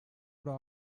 oder